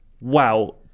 wow